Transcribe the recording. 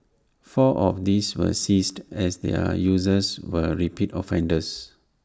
four of these were seized as their users were repeat offenders